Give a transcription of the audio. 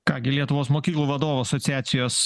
ką gi lietuvos mokyklų vadovų asociacijos